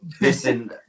Listen